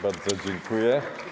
Bardzo dziękuję.